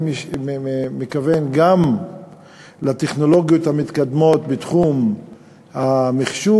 אני מתכוון גם לטכנולוגיות המתקדמות בתחום המחשוב